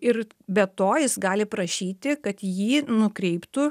ir be to jis gali prašyti kad jį nukreiptų